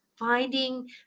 Finding